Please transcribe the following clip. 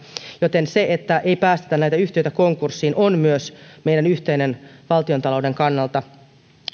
joten se että ei päästetä näitä yhtiöitä konkurssiin on myös meidän yhteinen etumme valtiontalouden kannalta